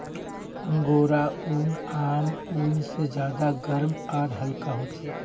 angora ऊन आम ऊन से ज्यादा गर्म आर हल्का ह छे